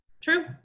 True